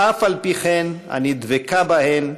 "אף-על-פי-כן, אני דבקה בהן,